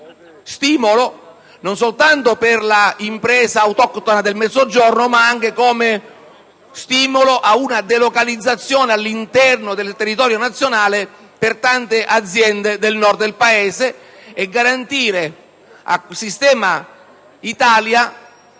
stimolo, non soltanto per l'impresa autoctona del Mezzogiorno, ma anche per una delocalizzazione, all'interno del territorio nazionale, di tante aziende del Nord del Paese, al fine di garantire al sistema Italia